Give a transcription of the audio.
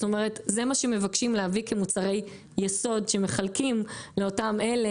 זאת אומרת זה מה שמבקשים הביא כמוצרי ייסוד שמחלקים לאותם אלה